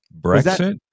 Brexit